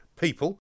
people